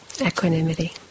equanimity